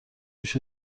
هوش